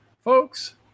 folks